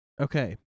Okay